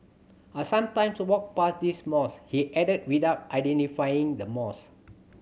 I sometimes walk past this mosque he added without identifying the mosque